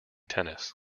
tennis